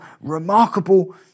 remarkable